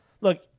Look